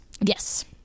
Yes